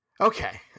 Okay